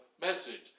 message